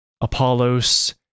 Apollos